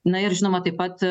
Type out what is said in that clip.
na ir žinoma taip pat